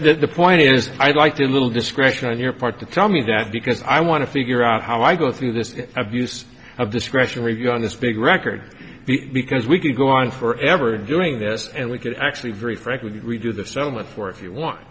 the point is i'd like to little discretion on your part to tell me that because i want to figure out how i go through this abuse of discretion review on this big record because we could go on for ever doing this and we could actually very frankly redo the settlement for if you want